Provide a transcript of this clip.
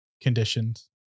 conditions